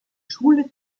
schule